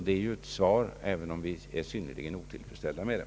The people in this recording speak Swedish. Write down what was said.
Det är ju ett svar, även om vi är synnerligen otillfredsställda med det.